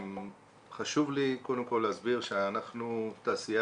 חשוב לי קודם כל להסביר שאנחנו תעשייה